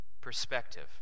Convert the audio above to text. perspective